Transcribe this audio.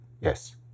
Yes